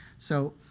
so